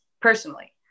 personally